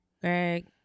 Greg